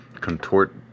contort